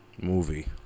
movie